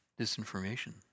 disinformation